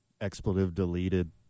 expletive-deleted